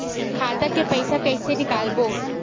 खाता ले पईसा कइसे निकालबो?